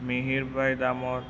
Mihir bhai દામોટ